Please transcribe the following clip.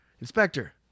inspector